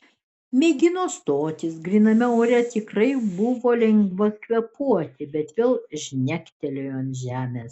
mėgino stotis gryname ore tikrai buvo lengva kvėpuoti bet vėl žnektelėjo ant žemės